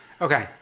Okay